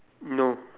no